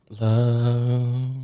love